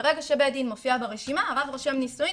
ברגע שבית הדין מופיע ברשימה הרב רושם נישואים,